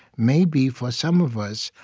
maybe, for some of us,